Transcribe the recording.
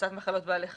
הפצת מחלות בעלי חיים.